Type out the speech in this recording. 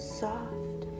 soft